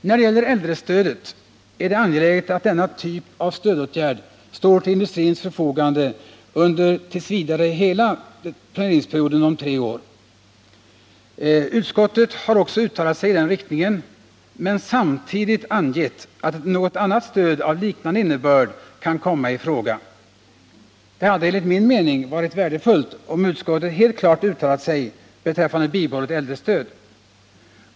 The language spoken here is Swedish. När det gäller äldrestödet är det angeläget att framhålla, att denna typ av stödåtgärd bör stå till industrins förfogande under t.v. hela planeringsperioden om tre år. Utskottet har också uttalat sig i den riktningen men samtidigt angett, att något annat stöd av liknande innebörd kan komma i fråga. Det hade enligt min mening varit värdefullt, om utskottet helt klart uttalat sig beträffande bibehållet äldrestöd.